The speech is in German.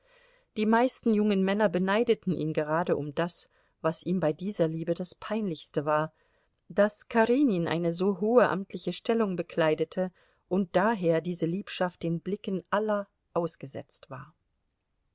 die meisten jungen männer beneideten ihn gerade um das was ihm bei dieser liebe das peinlichste war daß karenin eine so hohe amtliche stellung bekleidete und daher diese liebschaft den blicken aller ausgesetzt war